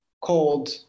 called